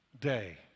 day